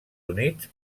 units